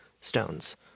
stones